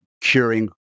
curing